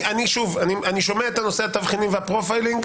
אני שומע את נושא התבחינים והפרופיילינג.